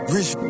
Rich